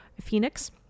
phoenix